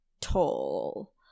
tall